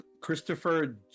Christopher